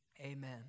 amen